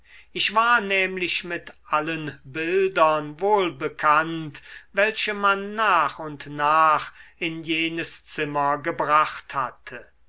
ich war nämlich mit allen bildern wohl bekannt welche man nach und nach in jenes zimmer gebracht hatte